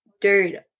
dude